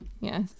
Yes